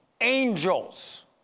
Angels